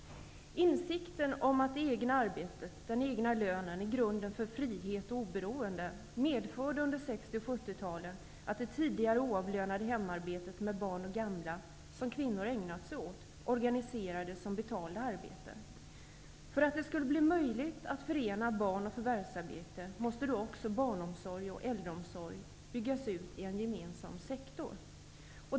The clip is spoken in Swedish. Insikten om att det egna arbetet, den egna lönen är grunden för frihet och oberoende, medförde under 60--70-talen att det tidigare oavlönade hemarbetet med barn och gamla, som kvinnor ägnat sig åt, måste organiseras som betalda arbeten. För att det skulle bli möjligt att förena barn och förvärvsarbete måste barnomsorg och äldreomsorg byggas ut i en gemensam sektor.